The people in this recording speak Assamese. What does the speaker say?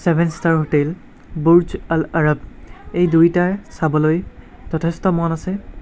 seven star hotel Burj Al Arab এই দুয়োটা চাবলৈ যথেষ্ট মন আছে